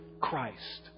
Christ